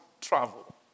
travel